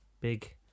big